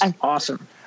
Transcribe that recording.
awesome